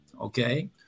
Okay